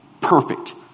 Perfect